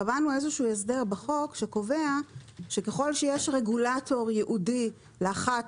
קבענו איזשהו הסדר בחוק שקובע שככל שיש רגולטור ייעודי לאחת